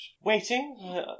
waiting